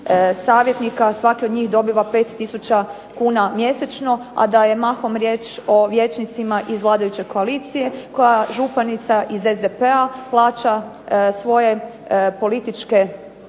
savjetnika, svaki od njih dobiva 5000 kuna mjesečno, a da je mahom riječ o vijećnicima iz vladajuće koalicije koje županica iz SDP-a plaća svoje političke